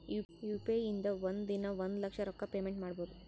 U P I ಇಂದ ಒಂದ್ ದಿನಾ ಒಂದ ಲಕ್ಷ ರೊಕ್ಕಾ ಪೇಮೆಂಟ್ ಮಾಡ್ಬೋದ್